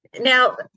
Now